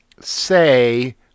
say